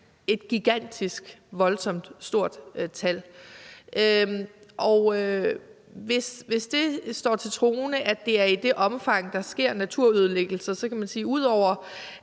et gigantisk, voldsomt stort tal. Og hvis det står til troende, at det er i det omfang, at der sker naturødelæggelser, så kan man sige, at ud over